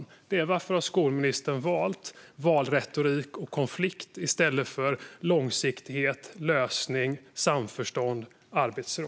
Min fråga är: Varför har skolministern valt valretorik och konflikt i stället för långsiktighet, lösning, samförstånd och arbetsro?